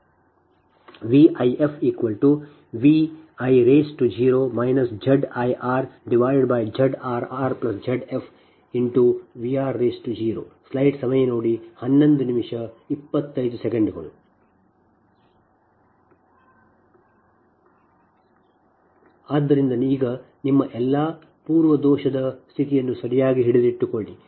2712 ಆದ್ದರಿಂದ 11 ರ ಸಮೀಕರಣವನ್ನು ಬಳಸುವುದರಿಂದ VifVi0 ZirZrrZf Vr0 ಆದ್ದರಿಂದ ಈಗ ನಿಮ್ಮ ಎಲ್ಲಾ ಪೂರ್ವ ದೋಷದ ಸ್ಥಿತಿಯನ್ನು ಸರಿಯಾಗಿ ಹಿಡಿದಿಟ್ಟುಕೊಳ್ಳಿ